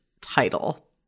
title